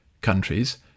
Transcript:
countries